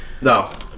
no